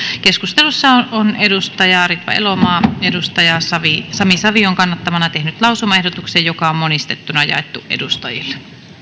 keskustelussa on on ritva elomaa sami savion kannattamana tehnyt lausumaehdotuksen joka on monistettuna jaettu edustajille